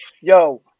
Yo